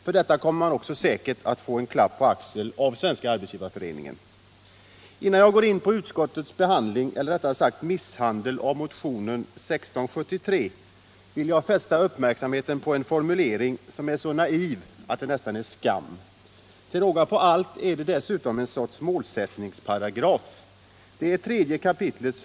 För detta kommer man säkert också att få en klapp på axeln av Svenska arbetsgivareföreningen. Innan jag går in på utskottets behandling — eller rättare sagt misshandel —- av motionen 1673 vill jag fästa uppmärksamheten på en formulering, som är så naiv att det nästan är skam. Till råga på allt är den dessutom en sorts målsättningsparagraf. Det är 3 kap.